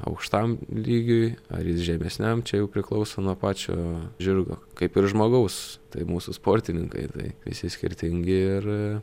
aukštam lygiui ar jis žemesniam čia jau priklauso nuo pačio žirgo kaip ir žmogaus tai mūsų sportininkai tai visi skirtingi ir